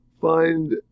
find